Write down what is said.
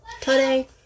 today